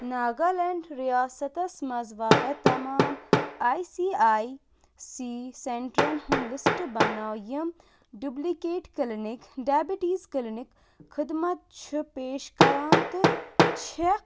ناگالینٛڈ رِیاستَس منٛز واقع تمام آئی سی آئی سی سینٹَرن ہُنٛد لِسٹ بَنٲوِم ڈُبلِکیٹ کِلنِک ڈیبیٖٹِز کِلنِک خٔدمَت چھِ پیش کَران تہٕ چھَکھ